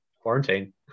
quarantine